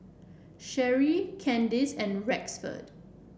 Sherree Candice and Rexford